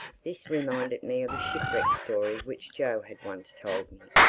this reminded me of a shipwreck story which joe had once told me,